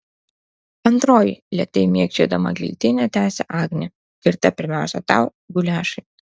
antroji lėtai mėgdžiodama giltinę tęsia agnė skirta pirmiausia tau guliašai